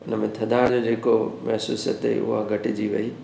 उनमें थधाणि जेको महसूसु थी उहा घटिजी वई